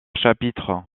chapitre